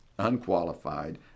unqualified